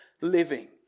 living